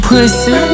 Pussy